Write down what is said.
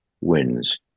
wins